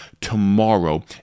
tomorrow